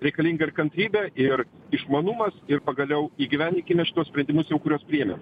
reikalinga ir kantrybė ir išmanumas ir pagaliau įgyvendinkime šituos sprendimus jau kuriuos priėmėm